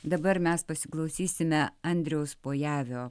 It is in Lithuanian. dabar mes pasiklausysime andriaus pojavio